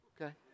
okay